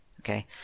okay